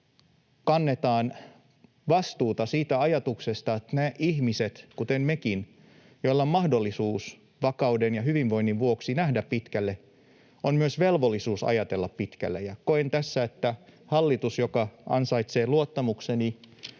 kannetaan vastuuta siitä ajatuksesta, että niillä ihmisillä — kuten meilläkin — joilla on mahdollisuus vakauden ja hyvinvoinnin vuoksi nähdä pitkälle, on myös velvollisuus ajatella pitkälle, ja koen tässä, että hallitus, joka ansaitsee luottamukseni,